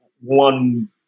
one